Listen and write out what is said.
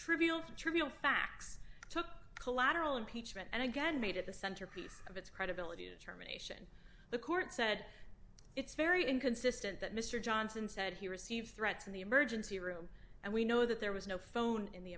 trivial trivial facts took collateral impeachment and again made it the centerpiece of its credibility terminations the court said it's very inconsistent that mr johnson said he received threats in the emergency room and we know that there was no phone in the